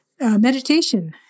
meditation